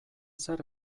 zer